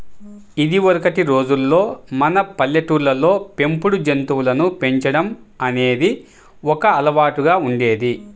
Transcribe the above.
ఇదివరకటి రోజుల్లో మన పల్లెటూళ్ళల్లో పెంపుడు జంతువులను పెంచడం అనేది ఒక అలవాటులాగా ఉండేది